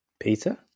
Peter